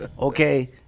okay